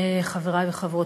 חברי וחברותי,